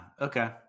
Okay